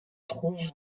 trouve